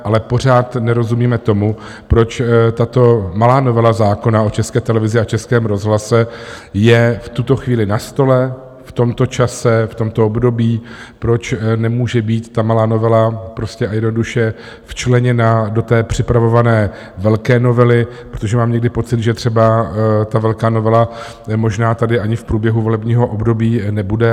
Ale pořád nerozumíme tomu, proč tato malá novela zákona o České televizi a Českém rozhlase je v tuto chvíli na stole, v tomto čase, v tomto období, proč nemůže být ta malá novela prostě a jednoduše včleněna do té připravované velké novely, protože mám někdy pocit, že třeba ta velká novela možná tady ani v průběhu volebního období nebude.